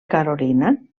carolina